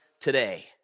today